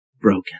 broken